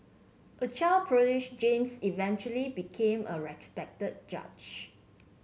a child prodigy James eventually became a respected judge